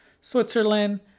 Switzerland